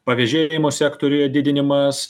pavėžėjimo sektoriuje didinimas